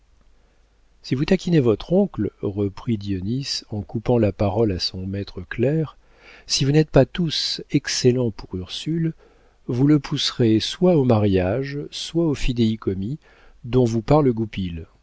si vous taquinez votre oncle reprit dionis en coupant la parole à son maître clerc si vous n'êtes pas tous excellents pour ursule vous le pousserez soit au mariage soit au fidéicommis dont vous parle